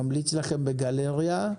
ממליץ לכם, בגלרייה.